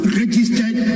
registered